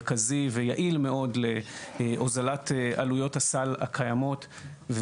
מרכזי ויעיל מאוד להוזלת עלויות הסל הקיימות.